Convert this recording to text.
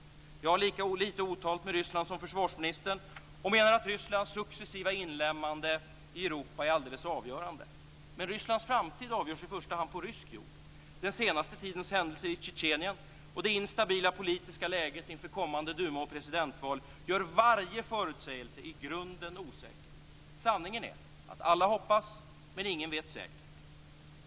Jag har lika lite otalt med Ryssland som försvarsministern och menar att Rysslands successiva inlemmande i Europa är alldeles avgörande. Men Rysslands framtid avgörs i första hand på rysk jord. Den senaste tidens händelser i Tjetjenien och det instabila politiska läget inför kommande duma och presidentval gör varje förutsägelse i grunden osäker. Sanningen är att alla hoppas, men ingen vet säkert.